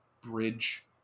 bridge